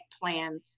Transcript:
plan